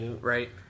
right